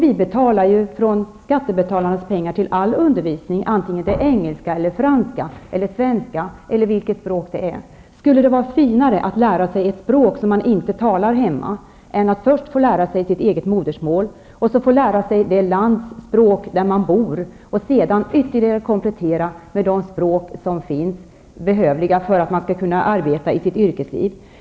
Vi tar ju av skattebetalarnas pengar till all undervisning, i engelska, franska, svenska eller vilket språk det än är. Skulle det vara finare att lära sig ett språk som man inte talar hemma än att först lära sig sitt eget modersmål, sedan det landets språk där man bor och sedan ytterligare komplettera med andra språk som är behövliga för att man skall kunna arbeta i sitt yrkesliv?